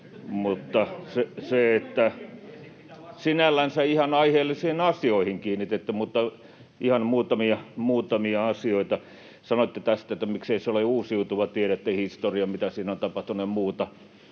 mutta sinällänsä ihan aiheellisiin asioihin kiinnititte huomiota. Ihan muutamia asioita: Sanoitte tästä, että miksei se ole uusiutuva. Tiedätte historian, mitä siinä on tapahtunut ja muuta,